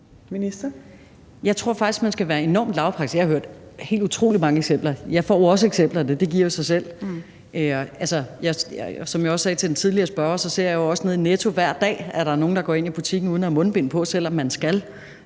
at man skal være enormt lavpraktisk. Jeg har hørt helt utrolig mange eksempler. Jeg får jo også eksemplerne, det giver sig selv. Som jeg også sagde til den tidligere spørger, ser jeg jo også nede i Netto hver dag, at der er nogle, der går ind i butikken uden at have mundbind på, selv om man skal.